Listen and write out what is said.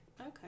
Okay